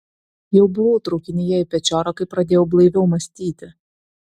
jau buvau traukinyje į pečiorą kai pradėjau blaiviau mąstyti